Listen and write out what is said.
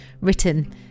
written